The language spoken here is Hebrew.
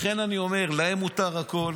לכן אני אומר, להם מותר הכול,